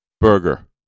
Burger